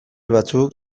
batzuk